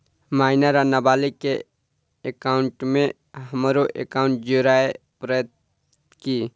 Minor वा नबालिग केँ एकाउंटमे हमरो एकाउन्ट जोड़य पड़त की?